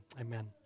Amen